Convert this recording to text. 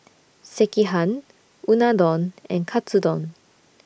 Sekihan Unadon and Katsudon